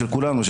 של כולנו,